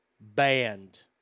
banned